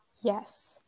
yes